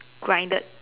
grinded